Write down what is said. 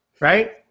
right